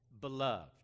beloved